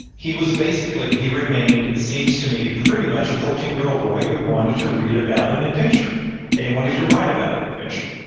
he was basically, he remained, it seems to me pretty much, a fourteen year old boy who wanted to read about an adventure and he wanted to write about an adventure.